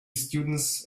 students